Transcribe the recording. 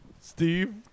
Steve